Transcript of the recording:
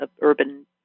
urban